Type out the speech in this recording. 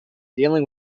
dealing